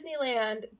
Disneyland